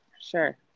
sure